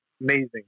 amazing